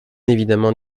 évidemment